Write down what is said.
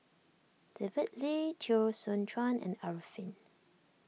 David Lee Teo Soon Chuan and Arifin